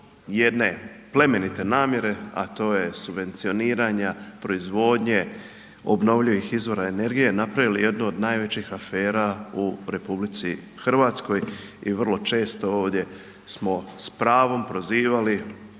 jedne plemenite namjere, a to je subvencioniranja proizvodnje obnovljivih izvora energije napravili jednu od najvećih afera u RH i vrlo često ovdje smo s pravom prozivali